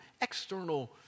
external